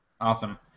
Awesome